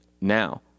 now